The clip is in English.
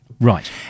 right